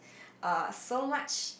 err so much